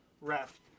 ref